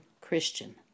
Christian